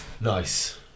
nice